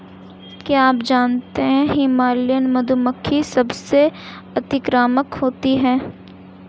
क्या आप जानते है हिमालयन मधुमक्खी सबसे अतिक्रामक होती है?